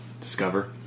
discover